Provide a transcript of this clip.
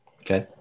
Okay